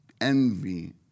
envy